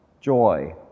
joy